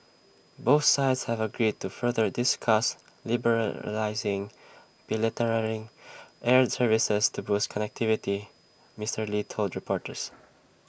both sides have agreed to further discuss liberalising air services to boost connectivity Mister lee told reporters